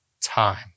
time